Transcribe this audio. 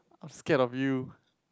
I'm scared of you